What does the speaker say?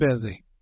busy